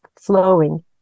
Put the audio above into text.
flowing